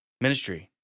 ministry